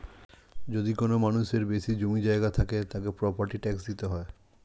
যদি কোনো মানুষের বেশি জমি জায়গা থাকে, তাকে প্রপার্টি ট্যাক্স দিতে হয়